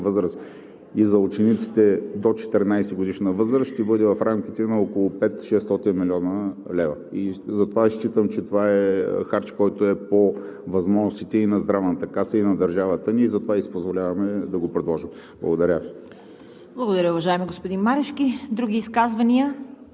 осигуряване на безплатни лекарства за пенсионерите над 65-годишна възраст и за учениците до 14-годишна възраст ще бъде в рамките на около 500 – 600 млн. лв. Считам, че това е харч, който е по възможностите и на Здравната каса, и на държавата ни и затова си позволяваме да го предложим. Благодаря